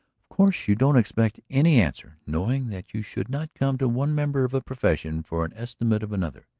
of course you don't expect any answer, knowing that you should not come to one member of a profession for an estimate of another.